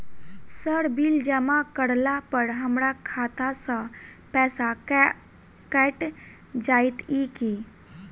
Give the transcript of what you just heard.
Sir bill जमा करला पर हमरा खाता सऽ पैसा कैट जाइत ई की?